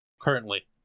Currently